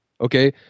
Okay